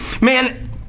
man